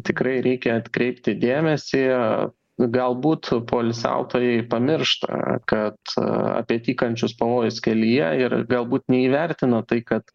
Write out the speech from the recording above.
tikrai reikia atkreipti dėmesį galbūt poilsiautojai pamiršta kad apie tykančius pavojus kelyje ir galbūt neįvertino tai kad